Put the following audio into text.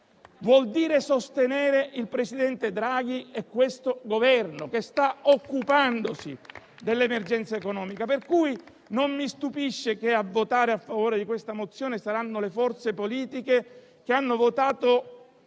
vuol dire sostenere il presidente Draghi e questo Governo che sta occupandosi dell'emergenza economica. Pertanto, non stupisce che a votare a favore della mozione saranno le forze politiche che hanno votato